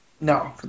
No